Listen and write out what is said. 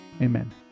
Amen